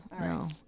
no